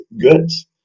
goods